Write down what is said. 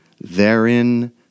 Therein